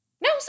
No